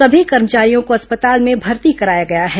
सभी कर्मचारियों को अस्पताल में भर्ती कराया गया है